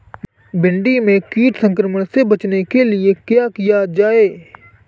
भिंडी में कीट संक्रमण से बचाने के लिए क्या किया जाए?